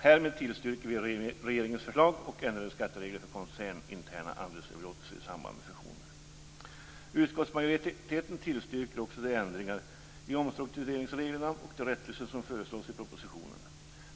Härmed tillstyrker vi regeringens förslag om ändrade skatteregler för koncerninterna handelsöverlåtelser i samband med fusioner. Utskottsmajoriteten tillstyrker också de ändringar i omstruktureringsreglerna och de rättelser som föreslås i propositionen.